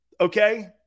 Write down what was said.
okay